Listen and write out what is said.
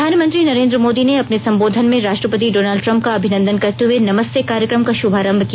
प्रधानमंत्री नरेंद्र मोदी ने अपने संबोधन में राष्ट्रपति डोनाल्ड ट्रम्प का अभिनंदन करते हुए नमस्ते ट्रंप कार्यक्रम का शुभारंभ किया